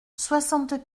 soixante